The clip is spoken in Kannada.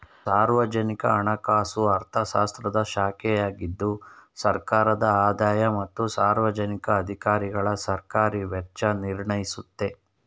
ಸಾರ್ವಜನಿಕ ಹಣಕಾಸು ಅರ್ಥಶಾಸ್ತ್ರದ ಶಾಖೆಯಾಗಿದ್ದು ಸರ್ಕಾರದ ಆದಾಯ ಮತ್ತು ಸಾರ್ವಜನಿಕ ಅಧಿಕಾರಿಗಳಸರ್ಕಾರಿ ವೆಚ್ಚ ನಿರ್ಣಯಿಸುತ್ತೆ